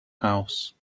house